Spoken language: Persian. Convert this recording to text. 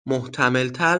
محتملتر